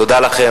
תודה לכם.